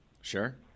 Sure